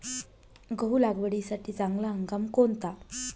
गहू लागवडीसाठी चांगला हंगाम कोणता?